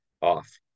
off